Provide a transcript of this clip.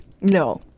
No